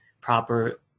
proper